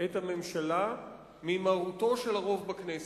את הממשלה ממרותו של הרוב בכנסת.